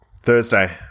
Thursday